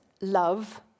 love